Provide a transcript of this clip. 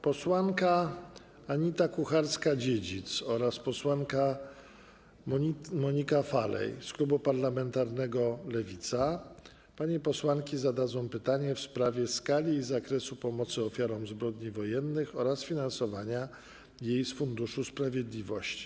Posłanka Anita Kucharska-Dziedzic oraz posłanka Monika Falej z klubu parlamentarnego Lewica zadadzą pytanie w sprawie skali i zakresu pomocy ofiarom zbrodni wojennych oraz finansowania jej z Funduszu Sprawiedliwości.